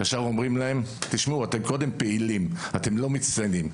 ישר אומרים להם שהם קודם פעילים ולא מצטיינים.